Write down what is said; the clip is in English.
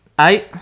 eight